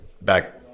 back